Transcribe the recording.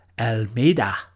Almeida